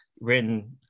written